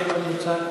לא נמצא,